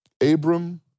Abram